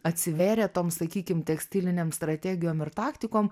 atsivėrė tom sakykim tekstilinėm strategijom ir taktikom